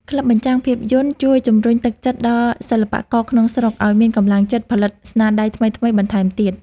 ក្លឹបបញ្ចាំងភាពយន្តជួយជំរុញទឹកចិត្តដល់សិល្បករក្នុងស្រុក ឱ្យមានកម្លាំងចិត្តផលិតស្នាដៃថ្មីៗបន្ថែមទៀត។